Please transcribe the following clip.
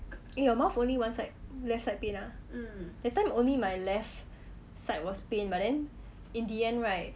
eh your mouth only one side left side pain ah that time only my left side was pain but then in the end right they extracted it'll be nearer the ya the angmoh doctor tell me